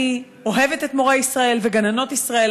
אני אוהבת את מורי ישראל וגננות ישראל,